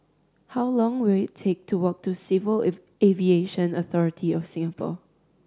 how long will it take to walk to Civil Aviation Authority of Singapore